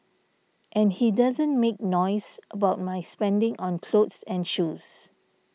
and he doesn't make noise about my spending on clothes and shoes